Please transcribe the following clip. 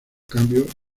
cambios